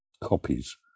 copies